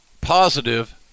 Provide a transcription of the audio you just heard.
positive